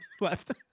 left